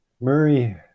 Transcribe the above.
Murray